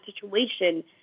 situation